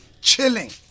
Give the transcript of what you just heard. chilling